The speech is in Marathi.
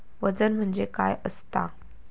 वजन म्हणजे काय असता?